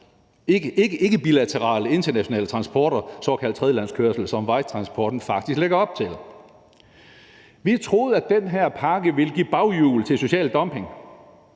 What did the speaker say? ikke bilaterale internationale transporter, såkaldt tredjelandskørsel, som vejtransportpakken faktisk lægger op til. Vi troede, at den her pakke ville give baghjul til social dumping,